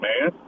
man